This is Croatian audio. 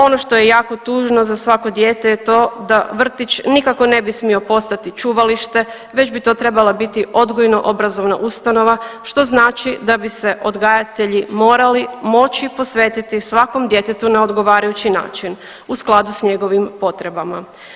Ono to je jako tužno za svako dijete je to da vrtić nikako ne bi smio postati čuvalište već bi to trebala biti odgojno obrazovna ustanova što znači da bi se odgajatelji morali moći posvetiti svakom djetetu na odgovarajući način u skladu s njegovim potrebama.